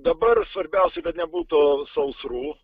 dabar svarbiausia kad nebūtų sausrų